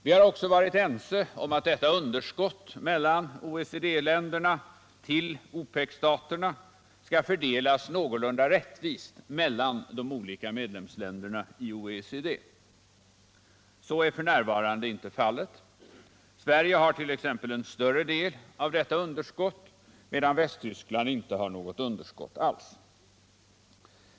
Vi har också varit ense om att detta underskott mellan OECD-staterna och OPEC-staterna skall fördelas någorlunda rättvist mellan de olika medlemsländerna i OECD. Så är f.n. inte fallet. Sverige har t.ex. en större del av detta underskott, medan Västtyskland inte har något underskott alls.